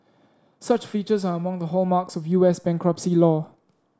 such features are among the hallmarks of U S bankruptcy law